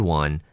one